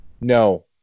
No